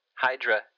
Hydra